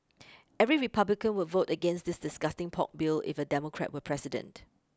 every Republican would vote against this disgusting pork bill if a Democrat were president